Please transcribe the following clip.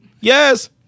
Yes